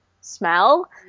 smell